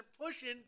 pushing